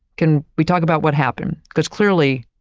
can we talk about what happened? because clearly,